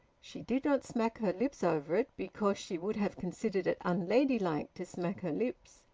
she did not smack her lips over it, because she would have considered it unladylike to smack her lips,